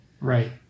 right